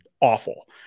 awful